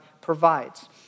provides